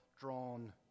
drawn